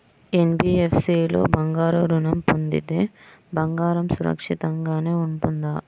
NBFC లో బంగారు ఋణం పొందితే బంగారం సురక్షితంగానే ఉంటుందా?